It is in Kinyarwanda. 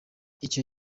icyo